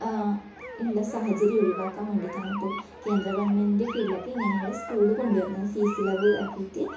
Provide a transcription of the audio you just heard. ഉള്ള സാഹചര്യം ഒഴിവാക്കാൻ വേണ്ടീട്ടാന്ന് ഇപ്പം കേന്ദ്ര ഗവൺമെൻറ് കീഴിലക്കെ ഇങ്ങനെയുള്ള സ്കൂള് കൊണ്ടു വരുന്നത് ഫീസ് ഇളവ് ആക്കിയിട്ട്